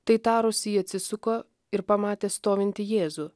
tai tarusi ji atsisuko ir pamatė stovintį jėzų